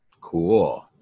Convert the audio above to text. Cool